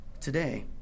today